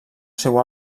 seu